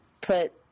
put